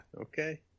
Okay